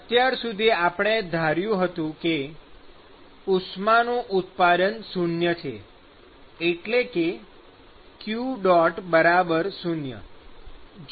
અત્યાર સુધી આપણે ધાર્યું હતું કે ઉષ્માનું ઉત્પાદન શૂન્ય છે એટલે કે q 0